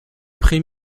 prés